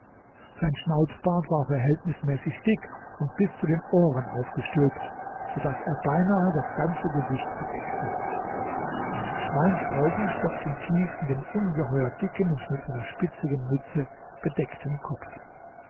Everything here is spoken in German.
sein schnauzbart war verhältnismäßig dick und bis zu den ohren aufgestülpt so daß er beinahe das ganze gesicht bedeckte seine schweinsaugen steckten tief in dem ungeheuer dicken und mit einer spitzigen mütze bedeckten kopfe